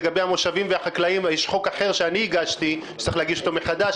לגבי המושבים והחקלאים יש חוק אחר שאני הגשתי ושצריך להגיש אותו מחדש,